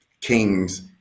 kings